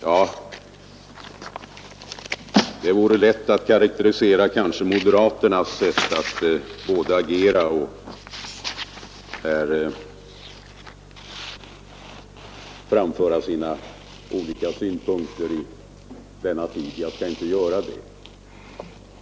Ja, det vore kanske lätt att karakterisera moderaterna som trötta när de agerar och framför sina olika synpunkter. Jag skall inte göra det.